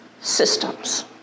systems